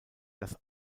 das